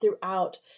throughout